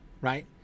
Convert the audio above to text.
right